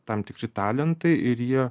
tam tikri talentai ir jie